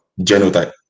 genotype